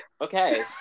Okay